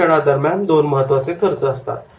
प्रशिक्षणादरम्यान दोन महत्त्वाचे खर्च असतात